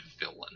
villain